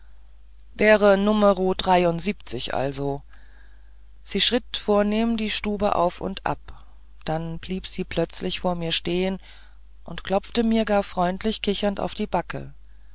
wär numero dreiundsiebenzig also sie schritt vornehm die stube auf und ab dann blieb sie plötzlich vor mir stehn und klopfte mir gar freundlich kichernd auf die backen